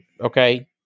okay